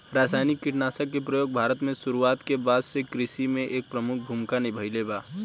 रासायनिक कीटनाशक के प्रयोग भारत में शुरुआत के बाद से कृषि में एक प्रमुख भूमिका निभाइले बा